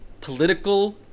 political